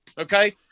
Okay